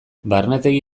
barnetegi